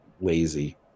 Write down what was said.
lazy